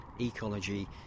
ecology